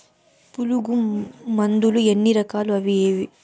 పులుగు మందులు ఎన్ని రకాలు అవి ఏవి?